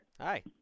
Hi